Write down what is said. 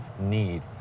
need